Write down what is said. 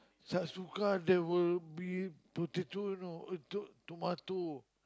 Sabsuka there will be potato you know eh to~ tomato